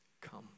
come